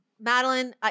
Madeline